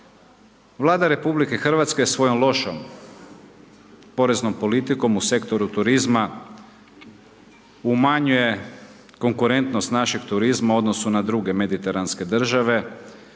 Vlada RH svojom lošom poreznom politikom u sektoru turizma umanjuje konkurentnost našeg turizma u odnosu na druge mediteranske države,